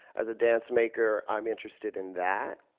as a dancemaker, i'm interested in that.